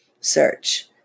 search